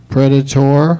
Predator